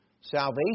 salvation